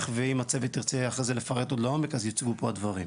ואם הצוות ירצה אחרי זה לפרט עוד לעמוק אז יוצגו פה הדברים.